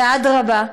ואדרבה,